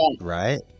Right